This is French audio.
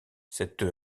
cette